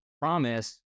promise